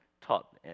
taught